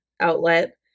outlet